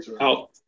out